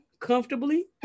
comfortably